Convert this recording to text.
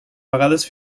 vegades